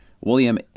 William